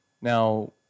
now